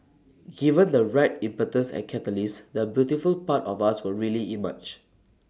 given the right impetus and catalyst the beautiful part of us will really emerge